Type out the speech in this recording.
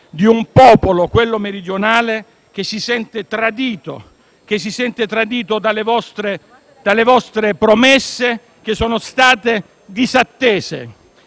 di un popolo, quello meridionale, che si sente tradito dalle vostre promesse che sono state disattese